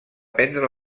prendre